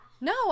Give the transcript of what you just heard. No